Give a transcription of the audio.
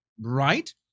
right